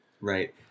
Right